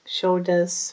Shoulders